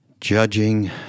judging